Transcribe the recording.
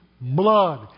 blood